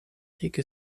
take